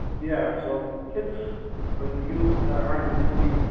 yeah, so kids or the youth that aren't mentally